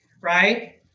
Right